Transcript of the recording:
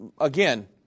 again